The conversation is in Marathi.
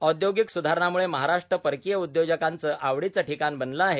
औद्योगिक सुधारणांमुळे महाराष्ट्र परकीय उदयोजकांचे आवडीचे ठिकाण बनले आहे